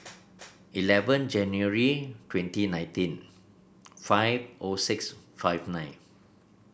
eleven January twenty nineteen five O six five nine